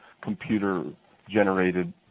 computer-generated